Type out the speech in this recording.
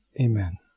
amen